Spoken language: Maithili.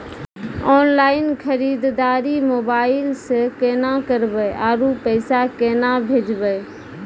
ऑनलाइन खरीददारी मोबाइल से केना करबै, आरु पैसा केना भेजबै?